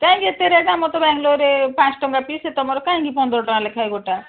କାଇଁକି ଏତେ ରେଟ୍ ଆମର ତ ବାଙ୍ଗାଲୋରରେ ପାଞ୍ଚ ଟଙ୍କା ପିସ୍ ସେ ତମର କାହିଁକି ପନ୍ଦର ଟଙ୍କା ଲେଖାଁଏ ଗୋଟା